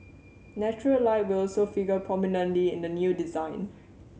natural light will also figure prominently in the new design